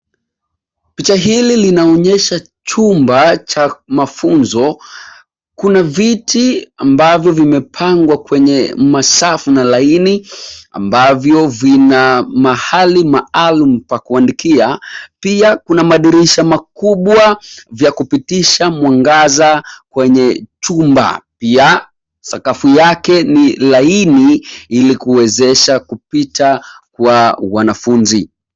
Picha hili linaonyesha chumba cha mafunzo. Kuna viti ambavyo vimepangwa kwenye masaafu na laini ambavyo vina mahali maalum pakuandikia. Pia kuna madirisha makubwa vya kupitisha mwangaza kwenye chumba ya sakafu yake ni laini ili kuwezesha kupita kwa wanafunzi.